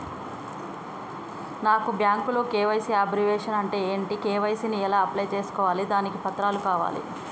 నాకు బ్యాంకులో KYC abbreviation అంటే ఏంటి కే.వై.సీ ని ఎలా అప్లై చేసుకోవాలి దానికి ఏ పత్రాలు కావాలి?